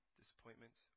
disappointments